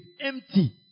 empty